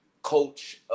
coach